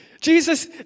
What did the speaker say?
Jesus